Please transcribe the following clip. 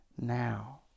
now